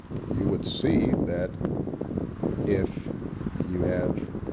you would see that if you have